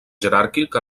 jeràrquic